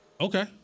Okay